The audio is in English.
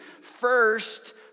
first